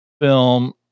film